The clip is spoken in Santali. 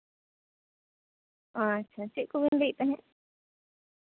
ᱟᱪᱪᱷᱟ ᱪᱮᱫ ᱠᱚᱵᱮᱱ ᱞᱟᱹᱭᱮᱫ ᱛᱟᱦᱮᱸᱫ